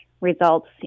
results